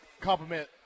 compliment